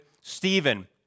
Stephen